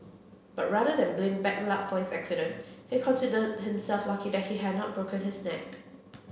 but rather than blame bad luck for his accident he considered himself lucky that he had not broken his neck